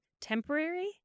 temporary